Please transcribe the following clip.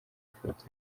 ifoto